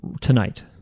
tonight